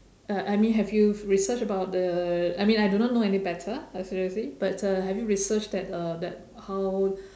uh I mean have you researched about the I mean I do not know any better like seriously but uh have you researched that uh that how